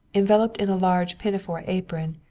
enveloped in a large pinafore apron,